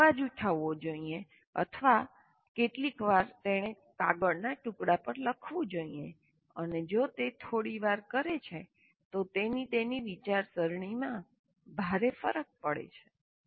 તેણે અવાજ ઉઠાવવો જોઈએ અથવા કેટલીક વાર તેને કાગળના ટુકડા પર લખવું જોઈએ અને જો તે થોડી વાર કરે છે તો તેની તેની વિચારસરણીમાં ભારે તફાવત પડે છે